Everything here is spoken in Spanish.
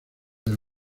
del